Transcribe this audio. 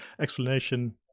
explanation